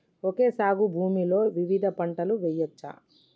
Okay సాగు భూమిలో వివిధ పంటలు వెయ్యచ్చా?